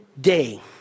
day